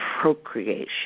procreation